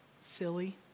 silly